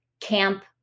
camp